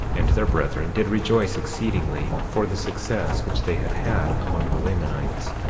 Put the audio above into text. and their brethren did rejoice exceedingly, for the success which they had had among the lamanites,